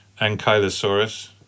Ankylosaurus